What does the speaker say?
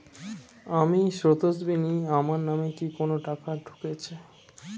আমি স্রোতস্বিনী, আমার নামে কি কোনো টাকা ঢুকেছে?